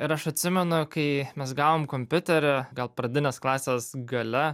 ir aš atsimenu kai mes gavom kompiuterį gal pradinės klasės gale